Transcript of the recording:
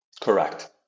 Correct